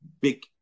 big